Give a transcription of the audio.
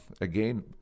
again